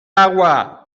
agua